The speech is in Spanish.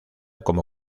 como